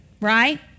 right